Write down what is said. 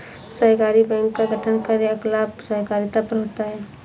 सहकारी बैंक का गठन कार्यकलाप सहकारिता पर होता है